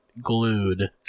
Glued